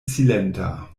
silenta